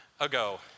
ago